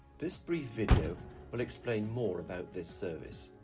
this brief video will explain more about this service.